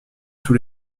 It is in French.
tous